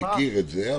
אני מכיר את זה,